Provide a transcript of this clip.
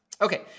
Okay